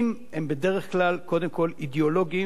כלל קודם כול אידאולוגיים וערכיים.